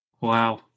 wow